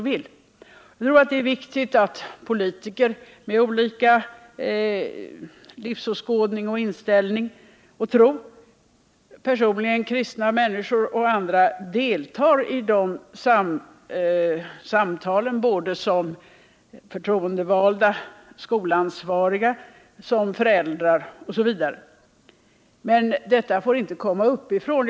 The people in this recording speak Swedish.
Jag tror att det är viktigt att politiker med olika livsåskådning, inställning och tro, personligen kristna människor och andra, deltar i de samtalen som förtroendevalda, som skolansvariga och som föräldrar osv. Men detta får inte komma uppifrån.